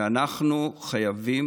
אנחנו חייבים